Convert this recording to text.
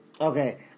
Okay